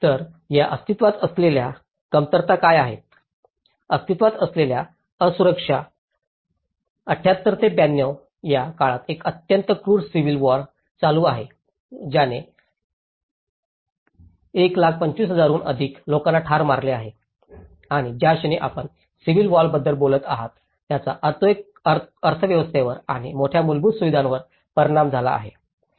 तर या अस्तित्त्वात असलेल्या कमतरता काय आहेत अस्तित्त्वात असलेल्या असुरक्षा 78 ते 92 या काळात एक अत्यंत क्रूर सिविल वॉर चालू आहे ज्याने 125000 हून अधिक लोकांना ठार मारले आहे आणि ज्या क्षणी आपण सिविल वॉर बद्दल बोलत आहात त्याचा अर्थव्यवस्थेवर आणि मोठ्या मूलभूत सुविधांवर परिणाम झाला आहे